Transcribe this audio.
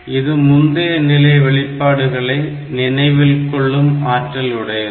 இது முந்தைய நிலை வெளியீடுகளை நினைவில் கொள்ளும் ஆற்றல் உடையது